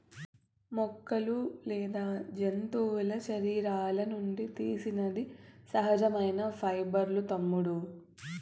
మొక్కలు లేదా జంతువుల శరీరాల నుండి తీసినది సహజ పైబర్లూ తమ్ముడూ